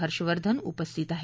हर्षवर्धन उपस्थित आहेत